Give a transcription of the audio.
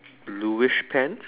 bluish pants